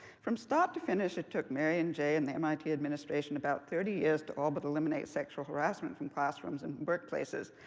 from start to finish, it took mary and jay and the mit administration about thirty years to all but eliminate sexual harassment from classrooms and workplaces.